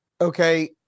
okay